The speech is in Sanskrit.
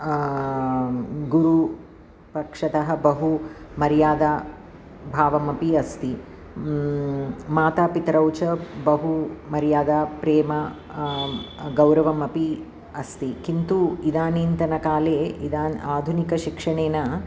गुरोः पक्षतः बहु मर्यादा भावम् अपि अस्ति मातापितरौ च बहु मर्यादा प्रेमः गौरवमपि अस्ति किन्तु इदानींतन काले इदानीं अधुनिकशिक्षणेन